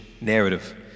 narrative